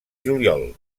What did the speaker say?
juliol